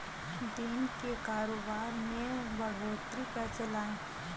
दिन के कारोबार में बढ़ोतरी कैसे लाएं?